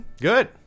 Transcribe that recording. Good